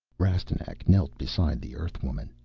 rastignac knelt beside the earthwoman.